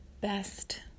best